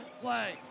play